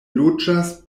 loĝas